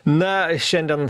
na šiandien